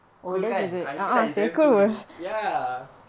cool kan I feel like it's damn cool ya